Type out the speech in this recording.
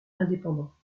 indépendants